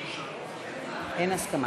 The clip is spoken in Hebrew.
אין הסכמה.